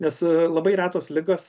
nes labai retos ligos